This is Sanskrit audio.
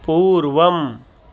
पूर्वम्